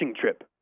trip